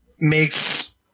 Makes